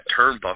turnbuckle